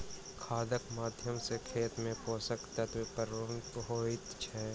खादक माध्यम सॅ खेत मे पोषक तत्वक पूर्ति होइत छै